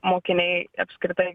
mokiniai apskritai